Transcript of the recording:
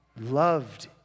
loved